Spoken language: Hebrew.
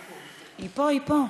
היא פה, היא פה.